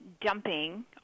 dumping